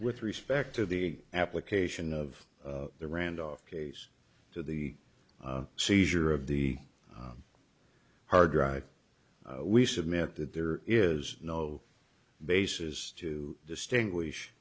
with respect to the application of the randolph case to the seizure of the hard drive we submit that there is no basis to distinguish